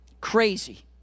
crazy